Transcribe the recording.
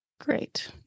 great